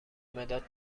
مداد